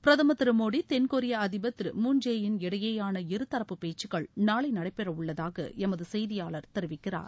பிரதமர் திரு மோடி தென்கொிய அதிபர் திரு மூன் இடையேயான இருதரப்பு பேச்சுக்கள் நாளை நடைபெறவுள்ளதாக எமது செய்தியாளர் தெரிவிக்கிறார்